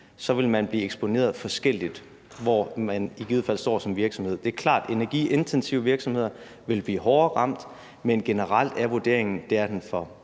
så vil man blive eksponeret forskelligt, i forhold til hvor man i givet fald står som virksomhed. Det er klart, at energiintensive virksomheder vil blive hårdere ramt, men generelt er vurderingen – det